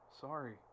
sorry